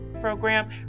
program